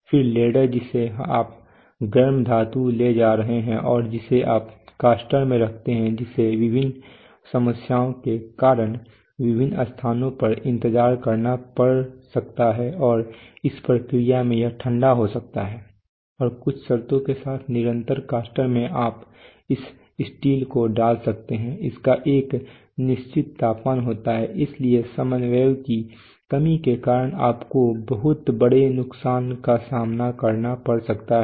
फिर लेडल जिसमें आप गर्म धातु ले जा रहे हैं और जिसे आप कास्टर में रखते हैं जिसे विभिन्न समस्याओं के कारण विभिन्न स्थानों पर इंतजार करना पड़ सकता है और इस प्रक्रिया में यह ठंडा हो सकता है और कुछ शर्तों के साथ निरंतर कास्टर में आप इस स्टील को डाल सकते हैं इसका एक निश्चित तापमान होता है इसलिए समन्वय की कमी के कारण आपको बहुत बड़े नुकसान का सामना करना पड़ सकता है